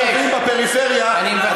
יש תושבים בפריפריה, אני מבקש.